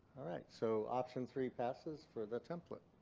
all right so option three passes for the template.